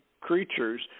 creatures